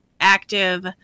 active